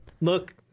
look